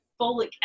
folic